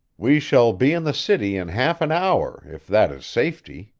we shall be in the city in half an hour, if that is safety,